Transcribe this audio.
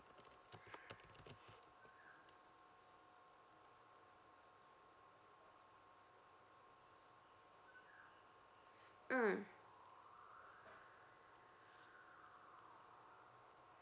mm